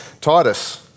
Titus